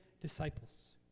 disciples